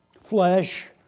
flesh